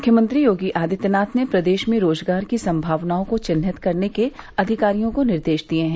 मुख्यमंत्री योगी आदित्यनाथ ने प्रदेश में रोजगार की संभावनाओं को चिन्हित करने के अधिकारियों को निर्देश दिए हैं